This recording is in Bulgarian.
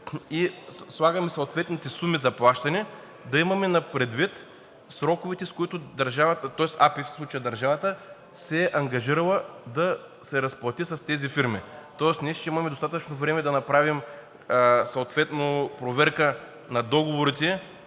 и слагаме съответните суми за плащане, да имаме предвид сроковете, с които АПИ, в случая държавата, се е ангажирала да се разплати с тези фирми, тоест ние ще имаме достатъчно време да направим съответно проверка на договорите